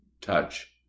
Touch